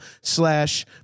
slash